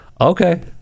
Okay